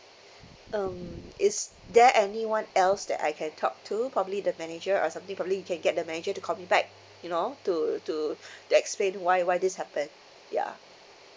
um is there anyone else that I can talk to probably the manager or something probably you can get the manager to call me back you know to to to explain why why this happened ya